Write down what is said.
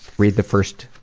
read the first